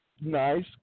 nice